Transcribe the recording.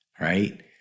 right